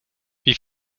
wie